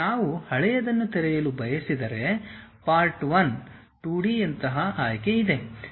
ನಾವು ಹಳೆಯದನ್ನು ತೆರೆಯಲು ಬಯಸಿದರೆ ಪಾರ್ಟ್1 2D ಯಂತಹ ಆಯ್ಕೆ ಇದೆ